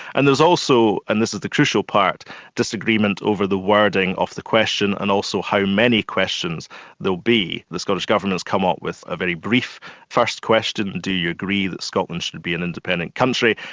and there's also and this is the crucial part disagreement over the wording of the question and also how many questions there'll be. the scottish government has come up with a very brief first question do you agree that scotland should be an independent country?